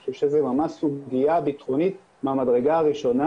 אני חושב שזאת ממש סוגיה ביטחונית מהמדרגה הראשונה,